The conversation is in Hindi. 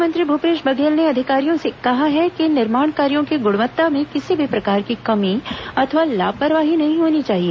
मुख्यमंत्री भूपेश बघेल ने अधिकारियों से कहा है कि निर्माण कार्यो की गुणवत्ता में किसी भी प्रकार की कमी अथवा लापरवाही नहीं होनी चाहिए